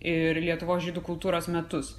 ir lietuvos žydų kultūros metus